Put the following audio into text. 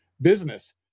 business